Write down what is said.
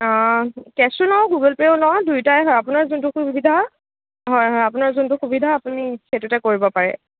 অঁ কেছো লওঁ গগুলপেয়ো লওঁ দুয়োটাই হয় আপোনাৰ যোনটো সুবিধা হয় হয় হয় আপোনাৰ যোনটো সুবিধা আপুনি সেইটোতে কৰিব পাৰে